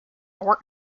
work